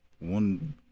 one